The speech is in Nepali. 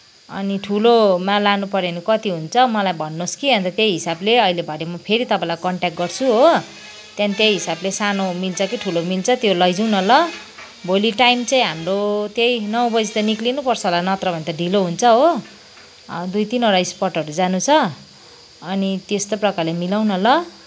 अनि ठुलोमा लानुपऱ्यो भने कति हुन्छ मलाई भन्नुहोस् कि अनि त त्यही हिसाबले अहिलै भरे म फेरि तपाईँलाई कन्ट्याक्ट गर्छु हो त्यहाँदेखि त्यही हिसाबले सानो मिल्छ कि ठुलो मिल्छ त्यो लैजाउँ न ल भोलि टाइम चाहिँ हाम्रो त्यही नौबजी त निक्लिनुपर्छ होला नत्र भने त ढिलो हुन्छ हो दुई तिनवटा स्पटहरू जानु छ अनि त्यस्तो प्रकारले मिलाउन ल